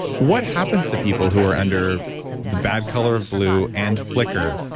what happens to people who are under the bad color of blue and flicker